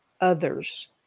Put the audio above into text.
others